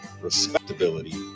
respectability